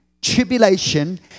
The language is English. Tribulation